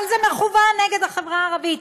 אבל זה מכוון נגד החברה הערבית,